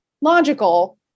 logical